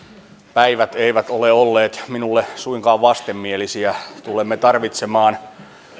päivät eivät ole olleet minulle suinkaan vastenmielisiä tulemme tarvitsemaan